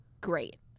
great